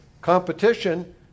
competition